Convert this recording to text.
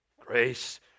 Grace